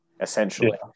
essentially